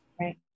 Right